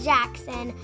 Jackson